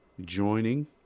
joining